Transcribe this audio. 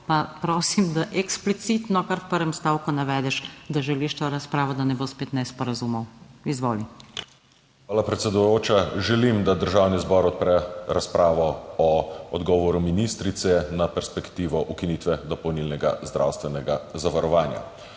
prosim, da eksplicitno kar v prvem stavku navedeš, da želiš to razpravo, da ne bo spet nesporazumov. Izvoli. MIHA KORDIŠ (PS Levica): Hvala, predsedujoča. Želim, da Državni zbor odpre razpravo o odgovoru ministrice na perspektivo ukinitve dopolnilnega zdravstvenega zavarovanja.